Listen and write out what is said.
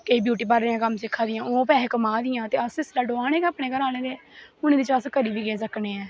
किश ब्यूटी पार्लरें दा कम्म सिक्खा दियां ओह् पैहे कमांह् दियां ते असें इसलै डोआनें गै अपनें घरे आह्लें दे हून अस करी बी केह् सकने आं